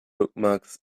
bookmarks